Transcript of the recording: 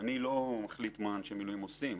אני לא מחליט מה אנשי מילואים עושים.